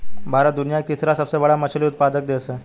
भारत दुनिया का तीसरा सबसे बड़ा मछली उत्पादक देश है